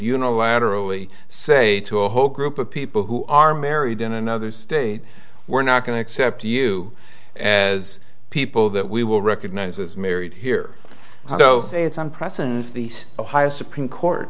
unilaterally say to a whole group of people who are married in another state we're not going to accept you as people that we will recognize as married here so it's on press and these ohio supreme court